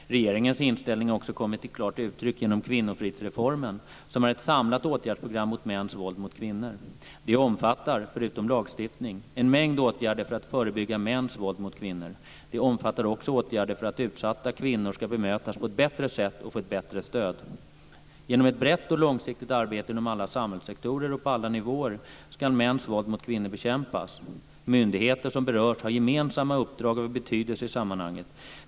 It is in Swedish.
Regeringens inställning har också kommit till klart uttryck genom kvinnofridsreformen, som är ett samlat åtgärdsprogram mot mäns våld mot kvinnor. Det omfattar, förutom lagstiftning, en mängd åtgärder för att förebygga mäns våld mot kvinnor. Det omfattar också åtgärder för att utsatta kvinnor ska bemötas på ett bättre sätt och få ett bättre stöd. Genom ett brett och långsiktigt arbete inom alla samhällssektorer och på alla nivåer ska mäns våld mot kvinnor bekämpas. Myndigheter som berörs har gemensamma uppdrag av betydelse i sammanhanget.